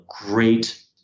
great